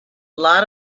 lot